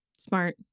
Smart